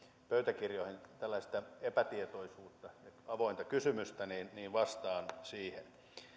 pöytäkirjoihin tällaista epätietoisuutta ja avointa kysymystä niin niin vastaan siihen